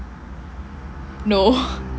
no